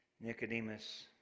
Nicodemus